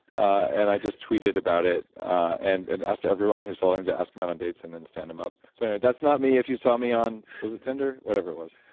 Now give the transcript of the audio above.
and i just tweeted about it and and asked everyone who's following him to ask him out on dates and then stand him up. so and anyway, that's not me if you saw me on. was it tinder? whatever it was.